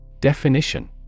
Definition